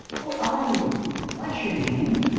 who are you what's your name?